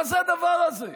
מה זה הדבר הזה?